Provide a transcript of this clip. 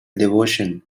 devotion